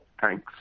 Thanks